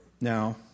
now